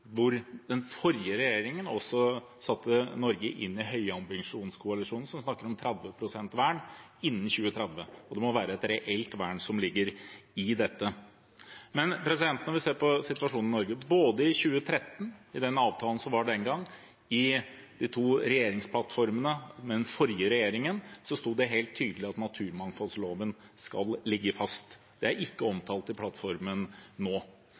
Den forrige regjeringen plasserte Norge i høyambisjonskoalisjonen, som snakker om 30 pst. vern innen 2030. Det må ligge et reelt vern i dette. Men når vi ser på situasjonen i Norge: Både i 2013, i den avtalen som ble inngått den gang, og i de to forrige regjeringsplattformene til den forrige regjeringen, står det helt tydelig at naturmangfoldloven skal ligge fast. Det er ikke omtalt i plattformen nå.